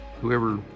Whoever